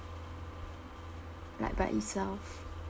like by itself